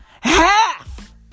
half